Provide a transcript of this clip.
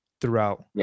throughout